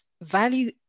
value